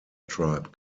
tribe